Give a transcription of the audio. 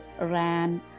ran